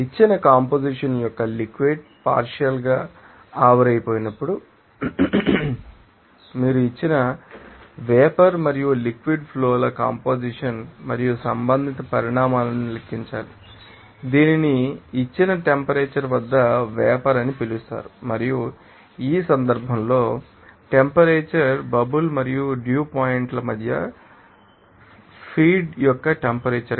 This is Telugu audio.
ఇచ్చిన కంపొజిషన్ యొక్క లిక్విడ్ ం పార్షియల్ ంగా ఆవిరైపోయినప్పుడు మీరు ఇచ్చిన వేపర్ మరియు లిక్విడ్ ఫ్లో ల కంపొజిషన్ మరియు సంబంధిత పరిమాణాలను లెక్కించాలి దీనిని ఇచ్చిన టెంపరేచర్ వద్ద వేపర్ అని పిలుస్తారు మరియు ఈ సందర్భంలో టెంపరేచర్ బబుల్ మరియు డ్యూ పాయింట్ ల మధ్య ఉండాలి ఫీడ్ యొక్క టెంపరేచర్